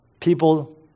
People